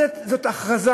זאת הכרזה